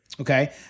okay